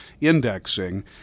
indexing